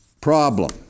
problem